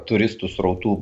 turistų srautų